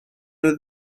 nhw